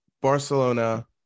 Barcelona